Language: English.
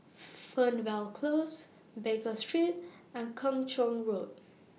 Fernvale Close Baker Street and Kung Chong Road